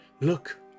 Look